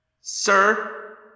Sir